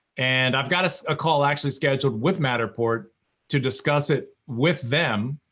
and i've got a call actually scheduled with matterport to discuss it with them.